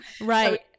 Right